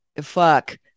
fuck